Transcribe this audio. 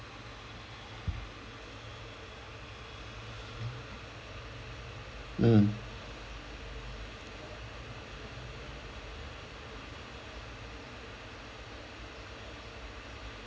mm